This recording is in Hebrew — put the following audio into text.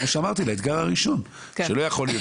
כמו שאמרתי לאתגר הראשון שלא יכל להיות